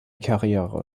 karriere